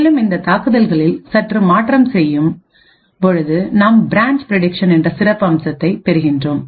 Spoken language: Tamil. மேலும் இந்த தாக்குதல்களில் சற்று மாற்றம் செய்யும் பொழுது நாம் பிரான்ச் பிரிடிக்சன் என்ற சிறப்பு அம்சத்தை பெறுகின்றோம்